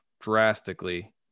drastically